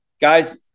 guys